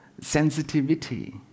sensitivity